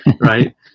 right